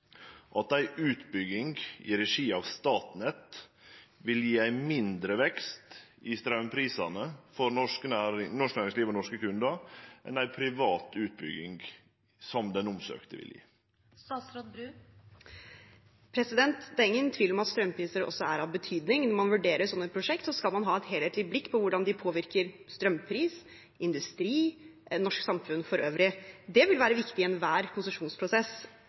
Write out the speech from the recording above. at ei utbygging i regi av Statnett vil gje ein mindre vekst i straumprisane for norsk næringsliv og norske kundar enn ei privat utbygging som den omsøkte vil gje? Det er ingen tvil om at strømpriser også er av betydning. Når man vurderer slike prosjekter, skal man ha et helhetlig blikk på hvordan de påvirker strømpris, industri og det norske samfunnet for øvrig. Det vil være viktig i enhver konsesjonsprosess.